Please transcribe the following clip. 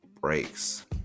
breaks